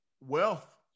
wealth